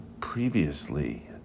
previously